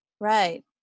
Right